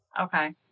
Okay